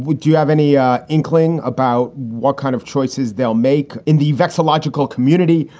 would you have any yeah inkling about what kind of choices they'll make in the next logical community?